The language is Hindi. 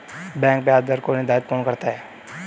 बैंक ब्याज दर को निर्धारित कौन करता है?